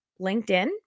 LinkedIn